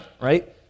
right